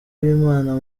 b’imana